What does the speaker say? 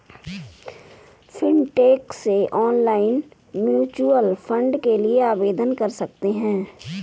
fintech से online mutual fund के लिए आवेदन कर सकते हैं